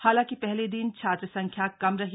हालांकि पहले दिन छात्र संख्या कम रही